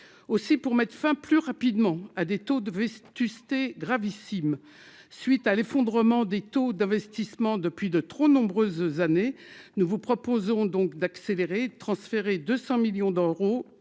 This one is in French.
Aussi, pour mettre fin plus rapidement à des taux de vétusté gravissime, suite à l'effondrement des taux d'investissement depuis de trop nombreuses années, nous vous proposons donc d'accélérer transférer 200 millions d'euros